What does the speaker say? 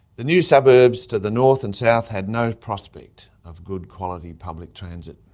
the new suburbs to the north and south had no prospect of good quality public transit.